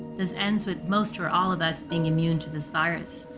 this ends with most or all of us being immune to this virus,